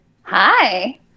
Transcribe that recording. Hi